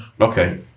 Okay